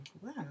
Wow